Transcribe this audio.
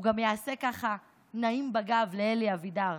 הוא גם יעשה ככה נעים בגב לאלי אבידר.